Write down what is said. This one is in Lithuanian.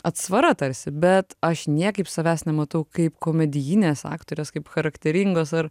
atsvara tarsi bet aš niekaip savęs nematau kaip komedijinės aktorės kaip charakteringos ar